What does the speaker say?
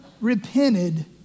repented